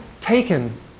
taken